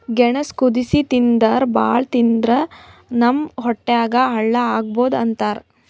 ಗೆಣಸ್ ಕುದಸಿ ತಿಂತಾರ್ ಭಾಳ್ ತಿಂದ್ರ್ ನಮ್ ಹೊಟ್ಯಾಗ್ ಹಳ್ಳಾ ಆಗಬಹುದ್ ಅಂತಾರ್